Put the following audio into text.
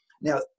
Now